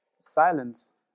silence